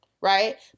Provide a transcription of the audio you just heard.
right